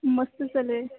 मस्त दिसायलंय